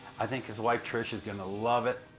i think his wife, trish, is gonna love it.